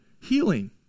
healing